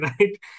Right